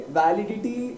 validity